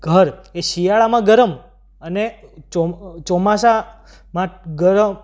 ઘર એ શિયાળામાં ગરમ અને ચોમ ચોમાસામાં ગરમ